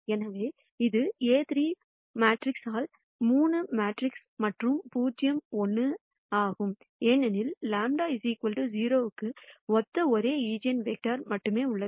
எனவே இது A3 மேட்ரிக்ஸ்க்ஸைப் ஆல் 3 மேட்ரிக்ஸ் மற்றும் பூஜ்யம் 1 ஆகும் ஏனெனில் λ 0 க்கு ஒத்த ஒரே ஒரு ஈஜென்வெக்டர் மட்டுமே உள்ளது